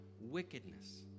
wickedness